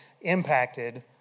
impacted